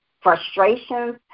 frustrations